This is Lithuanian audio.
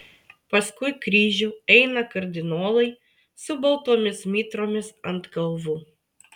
paskui kryžių eina kardinolai su baltomis mitromis ant galvų